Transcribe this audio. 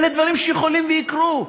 אלה דברים שיכול שיקרו.